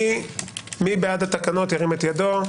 מי בעד התקנות ירים את ידו.